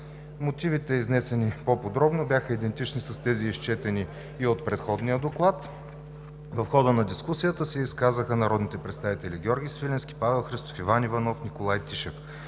Мотивите, изнесени по-подробно, бяха идентични с тези, изчетени и в предходния доклад. В хода на дискусията се изказаха народните представители Георги Свиленски, Павел Христов, Иван Иванов и Николай Тишев.